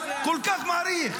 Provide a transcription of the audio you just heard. כל כך מעריך.